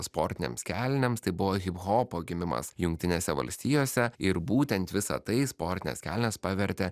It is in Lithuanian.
sportinėms kelnėms tai buvo hiphopo gimimas jungtinėse valstijose ir būtent visa tai sportines kelnes pavertė